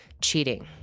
cheating